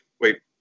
wait